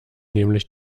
nämlich